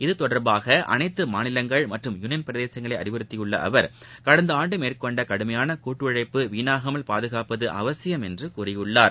இது சும்பந்தமாக அனைத்து மாநிலங்கள் மற்றும் யூனியன் பிரதேசங்களை அறிவறுத்தியுள்ள அவர் கடந்த ஆண்டு மேற்கொண்ட கடுமையான கூட்டு உழழப்பு வீணாகமால் பாதுகாப்பது அவசியம் என்று கூறியுள்ளார்